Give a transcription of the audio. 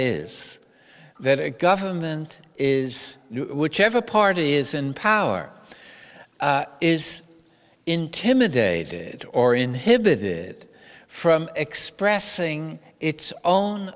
is that government is whichever party is in power is intimidated or inhibited from expressing its own